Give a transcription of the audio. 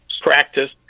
practice